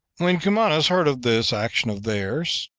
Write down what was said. when cumanus heard of this action of theirs,